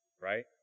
right